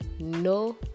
no